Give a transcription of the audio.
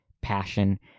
passion